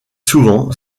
souvent